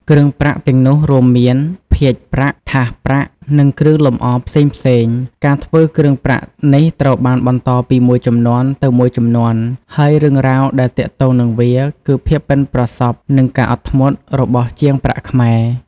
គ្រឿងប្រាក់ទាំងនោះរួមមាន ភាជន៍ប្រាក់ ថាសប្រាក់ និងគ្រឿងលម្អផ្សេងៗ។ ការធ្វើគ្រឿងប្រាក់នេះត្រូវបានបន្តពីមួយជំនាន់ទៅមួយជំនាន់ ហើយរឿងរ៉ាវដែលទាក់ទងនឹងវា គឺ ភាពប៉ិនប្រសប់និងការអត់ធ្មត់ របស់ជាងប្រាក់ខ្មែរ។